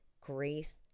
grace